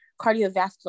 cardiovascular